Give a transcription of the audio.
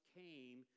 came